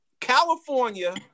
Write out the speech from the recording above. California